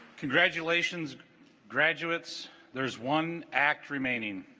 congratulations graduates there's one act remaining